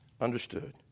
Understood